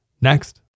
Next